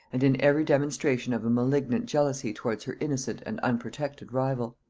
and in every demonstration of a malignant jealousy towards her innocent and unprotected rival.